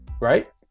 Right